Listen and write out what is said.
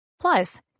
Plus